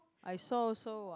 I saw also what